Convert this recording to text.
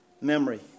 memory